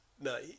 No